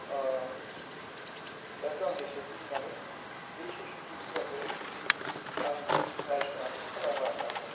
खिथाब गांनैसो दोननानै ओइ सरासथि फुजाखौ आं रायसनानै खालामो आरो थारमाने